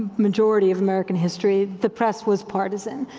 majority of american history, the press was partisan.